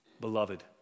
Beloved